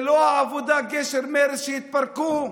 זה לא העבודה-גשר-מרצ שהתפרקו,